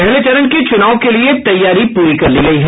पहले चरण के चुनाव के लिये तैयारी पूरी कर ली गयी है